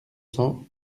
cent